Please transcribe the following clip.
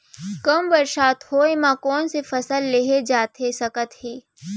कम बरसात होए मा कौन से फसल लेहे जाथे सकत हे?